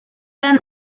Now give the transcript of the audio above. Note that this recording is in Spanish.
eran